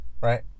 right